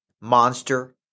monster